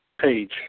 page